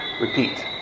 repeat